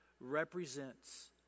represents